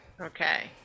Okay